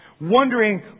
wondering